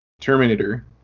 Terminator